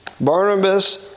Barnabas